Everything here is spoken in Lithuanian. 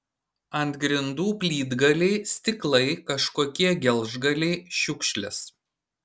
ant grindų plytgaliai stiklai kažkokie gelžgaliai šiukšlės